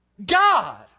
God